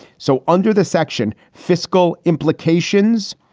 so under this section, fiscal implications,